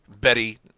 Betty